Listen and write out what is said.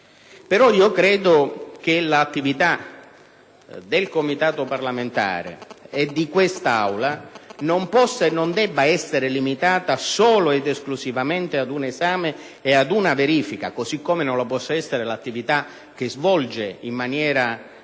Credo però che l'attività del Comitato parlamentare e di quest'Aula non possa e non debba essere limitata solo ed esclusivamente ad un esame e ad una verifica, così come non lo può essere l'attività che svolge, in maniera egregia,